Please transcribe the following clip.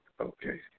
Okay